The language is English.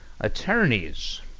attorneys